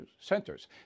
centers